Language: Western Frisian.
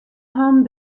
hannen